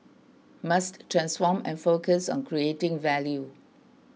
must transform and focus on creating value